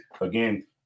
again